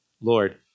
Lord